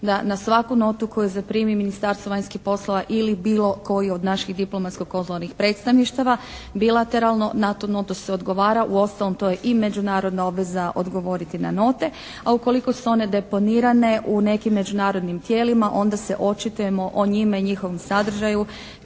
da na svaku notu koju zaprimi Ministarstvo vanjskih poslova ili bilo koji od naših diplomatsko-konzularnih predstavništava bilateralno na tu notu se odgovara. Uostalom to je i međunarodna obveza odgovoriti na note. A ukoliko su one deponirane u nekim međunarodnim tijelima onda se očitujemo o njima i njihovom sadržaju